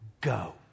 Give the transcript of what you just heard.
go